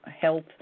health